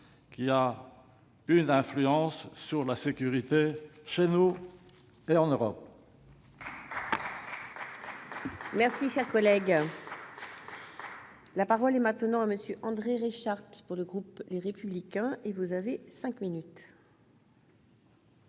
elle a une influence sur la sécurité chez nous et en Europe.